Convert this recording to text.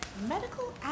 Medical